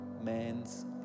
man's